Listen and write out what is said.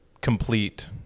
complete